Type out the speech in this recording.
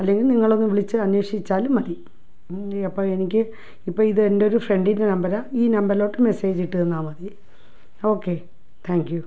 അല്ലെങ്കില് നിങ്ങളൊന്ന് വിളിച്ച് അന്വേഷിച്ചാലും മതി അപ്പോള് എനിക്ക് ഇപ്പോള് ഇത് എൻ്റെ ഒരു ഫ്രണ്ടിൻ്റെ നമ്പരാണ് ഈ നമ്പറിലോട്ട് മെസ്സേജ് ഇട്ട് തന്നാൽ മതി ഓക്കേ താങ്ക് യു